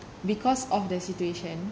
because of the situation